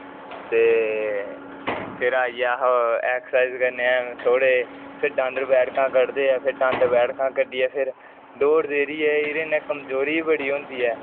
ते फिर आइयै अस एक्सरसाइज करने हा थोडे फिर डंड बेठका कडदे ऐ फिर डंड बेटका कढियै फिर दोड जेहडी एहदे कन्ने कमजोरी बी बड़ी होंदी ऐ